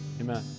Amen